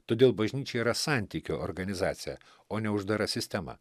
todėl bažnyčia yra santykio organizacija o ne uždara sistema